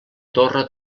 torre